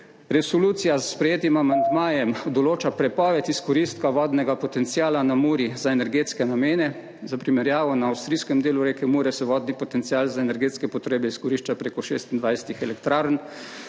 Resolucija s sprejetim amandmajem določa prepoved izkoristka vodnega potenciala na Muri za energetske namene, za primerjavo, na avstrijskem delu reke Mure vodni potencial za energetske potrebe izkorišča preko 26 elektrarn.